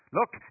Look